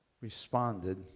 responded